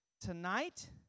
tonight